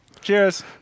Cheers